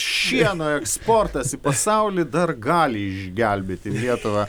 šieno eksportas į pasaulį dar gali išgelbėti lietuvą